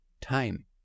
time